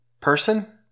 person